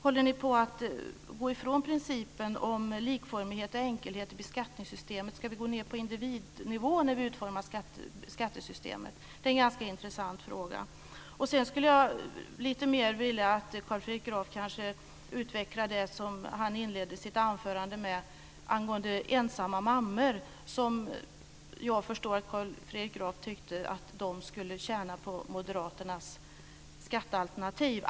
Håller ni på att gå ifrån principen om likformighet och enkelhet i beskattningssystemet? Ska vi gå ned på individnivå när vi utformar skattesystemet? Det är en ganska intressant fråga. Jag skulle vilja att Carl Fredrik Graf lite mer utvecklar det som han inledde sitt anförande med angående ensamma mammor. Jag förstod det som att Carl Fredrik Graf tyckte att de skulle tjäna på moderaternas skattealternativ.